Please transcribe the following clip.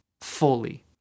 fully